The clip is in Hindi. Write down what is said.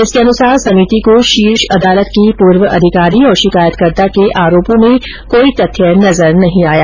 इसके अनुसार समिति को शीर्ष अदालत की पूर्व अधिकारी और शिकायतकर्ता के आरोपों में कोई तथ्य नजर नहीं आया